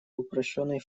упрощенный